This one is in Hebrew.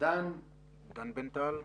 דן בנטל,